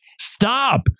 stop